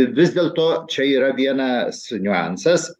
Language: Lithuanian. vis dėlto čia yra vienas niuansas